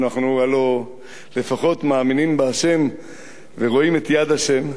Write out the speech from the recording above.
אנחנו הלוא לפחות מאמינים בהשם ורואים את יד השם,